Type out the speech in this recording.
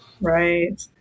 Right